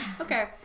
okay